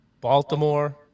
Baltimore